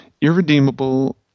Irredeemable